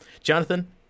Jonathan